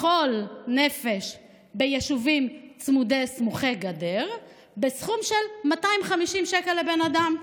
לכל נפש ביישובים סמוכי גדר יהיה סכום של 250 שקל לבן אדם.